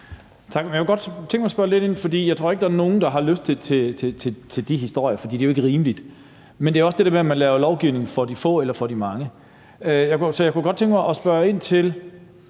Jeg kunne godt tænke mig at spørge lidt ind til noget. Jeg tror ikke, der er nogen, der har lyst til at høre de historier, for det er jo ikke rimeligt. Men det er også det der med, at man laver lovgivning for de få eller for de mange. Så jeg kunne godt tænke mig at spørge ind til